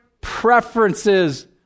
preferences